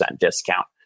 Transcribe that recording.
discount